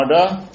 order